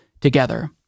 together